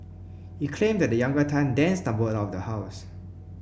he claimed that the younger Tan then stumbled out of the house